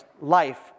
Life